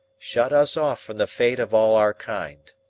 shut us off from the fate of all our kind.